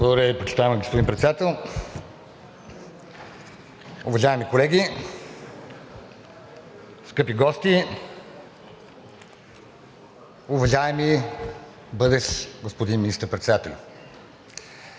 Благодаря Ви, почитаеми господин Председател. Уважаеми колеги, скъпи гости! Уважаеми бъдещ господин Министър-председателю,